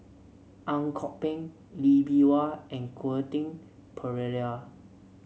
Ang Kok Peng Lee Bee Wah and Quentin Pereira